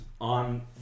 on